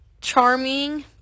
Charming